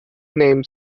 named